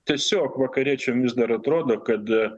tiesiog vakariečiam vis dar atrodo kad